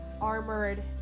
armored